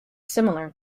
similar